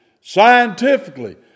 scientifically